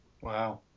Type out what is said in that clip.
Wow